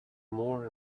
more